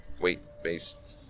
weight-based